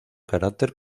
carácter